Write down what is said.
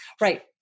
Right